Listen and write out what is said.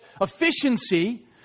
efficiency